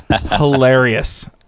hilarious